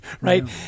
right